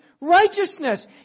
righteousness